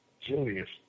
Julius